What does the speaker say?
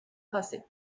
tracé